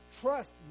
trust